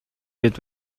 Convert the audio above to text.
гээд